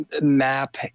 map